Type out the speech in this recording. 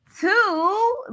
Two